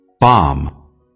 Bomb